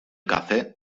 cafè